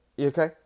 okay